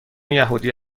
یهودی